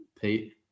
Pete